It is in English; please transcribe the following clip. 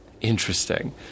Interesting